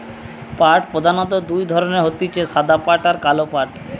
পাট প্রধানত দুই ধরণের হতিছে সাদা পাট আর কালো পাট